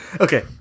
Okay